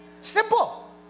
Simple